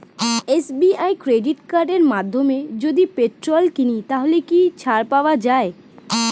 SBI credit কার্ডের মাধ্যমে যদি পেট্রোল কিনি তাহলে কি ছাড় পাওয়া যায়?